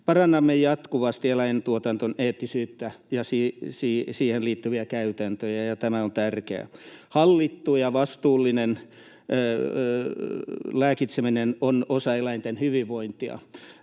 Parannamme jatkuvasti eläintuotannon eettisyyttä ja siihen liittyviä käytäntöjä, ja tämä on tärkeää. Hallittu ja vastuullinen lääkitseminen on osa eläinten hyvinvointia,